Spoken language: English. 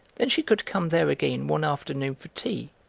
then she could come there again one afternoon for tea,